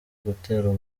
gutera